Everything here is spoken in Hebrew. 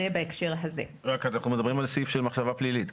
אנחנו מדברים על סעיף של מחשבה פלילית,